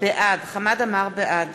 בעד